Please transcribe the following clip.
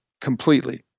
completely